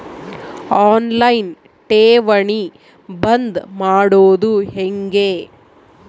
On line ಠೇವಣಿ ಬಂದ್ ಮಾಡೋದು ಹೆಂಗೆ?